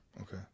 okay